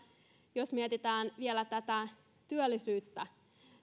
jos mietitään vielä tätä työllisyyttä ja sitä